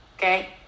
Okay